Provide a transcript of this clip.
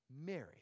Mary